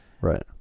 Right